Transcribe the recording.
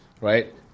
Right